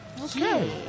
Okay